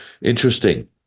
interesting